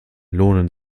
lohnen